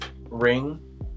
Ring